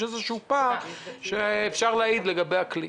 יש פה איזשהו פער שיכול להעיד לגבי הכלי.